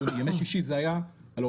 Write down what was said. ימי שישי זה היה לאוליגרכים,